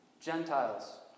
Gentiles